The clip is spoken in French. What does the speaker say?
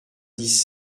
dix